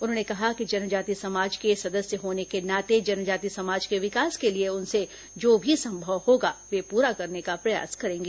उन्होंने कहा कि जनजाति समाज के सदस्य होने के नाते जनजाति समाज के विकास के लिए उनसे जो भी संभव होगा वे पूरा करने का प्रयास करेंगी